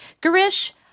Garish